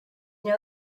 know